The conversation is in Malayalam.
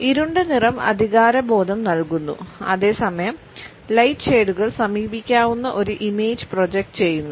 ഇരുണ്ട നിറം അധികാരബോധം നൽകുന്നു അതേസമയം ലൈറ്റ് ഷേഡുകൾ സമീപിക്കാവുന്ന ഒരു ഇമേജ് പ്രൊജക്റ്റ് ചെയ്യുന്നു